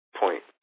point